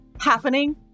happening